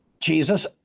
Jesus